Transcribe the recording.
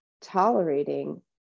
tolerating